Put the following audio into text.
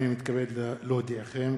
הנני מתכבד להודיעכם,